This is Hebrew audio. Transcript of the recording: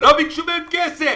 לא בקשו מהם כסף.